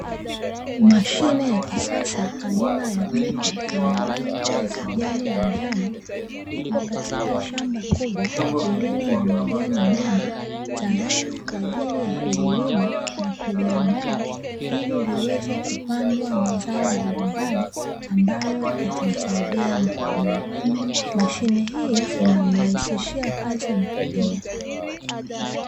Mashine ya kisasa aina ya trekta yenye rangi ya kijani na njano ipo katika shamba kubwa lililo na majani mengi tayari kwa ajili ya kulima na kupalilia shama ili liweze kupandwa mazao mbalimbali ambayo yatamsaidia mkulima, mashine hii inamrahisishia kazi mkulima.